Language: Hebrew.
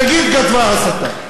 נגיד כתבה הסתה.